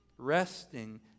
Resting